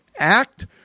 act